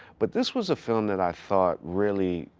but this was a film that i thought, really,